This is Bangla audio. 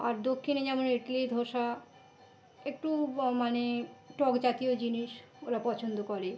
আর দক্ষিণে যেমন ইডলি দোসা একটু মানে টক জাতীয় জিনিস ওরা পছন্দ করে